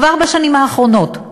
כבר בשנים האחרונות,